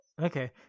Okay